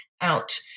out